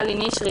גלי נשרי,